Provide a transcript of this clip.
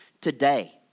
today